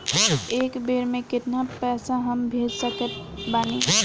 एक बेर मे केतना पैसा हम भेज सकत बानी?